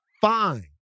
fine